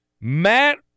Matt